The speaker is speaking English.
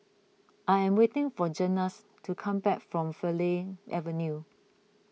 I am waiting for Zenas to come back from Farleigh Avenue